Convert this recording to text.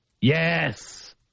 Yes